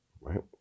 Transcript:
right